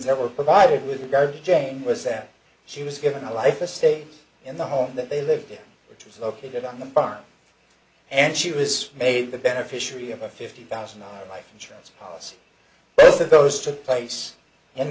were provided with regard to jane was that she was given a life estate in the home that they lived in which is located on the farm and she was made the beneficiary of a fifty thousand life insurance policy both of those took place in